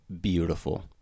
beautiful